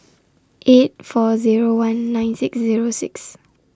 eight four Zero one nine six Zero six